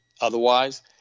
otherwise